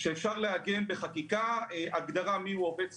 אני לא חושב שאפשר לעגן בחקיקה מיהו עובד שכיר.